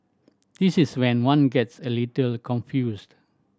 this is when one gets a little confused